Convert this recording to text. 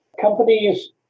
companies